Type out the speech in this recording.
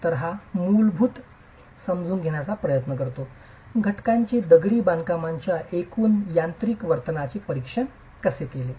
तर हा विभाग मूलत समजून घेण्याचा प्रयत्न करतो घटकांनी दगडी बांधकामाच्या एकूण यांत्रिक वर्तनाचे निर्धारण कसे केले